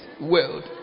world